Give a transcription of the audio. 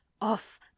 Off